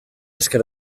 esker